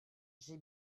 j’ai